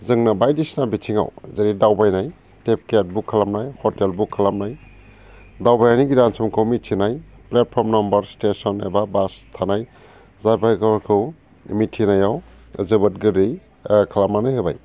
जोंनो बायदिसिना बिथाङाव जेरै दावबायनाय टेब केब बुक खालामनाय हटेल बुक खालामनाय दावबायनायनि गोदान समखौ मिनथिनाय प्लेटफर्म नामबार स्टेसन एबा बास थानाय जाबायगरखौ मिथिनायाव जोबोद गोरलै ओ खालामनानै होबाय